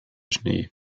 schnee